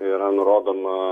yra nurodoma